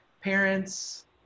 parents